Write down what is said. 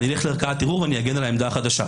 אני אלך לערכאת ערעור ואני אגן על העמדה החדשה.